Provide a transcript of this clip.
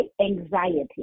anxiety